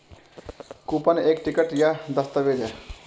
coupon एक ticket या दस्तावेज़ है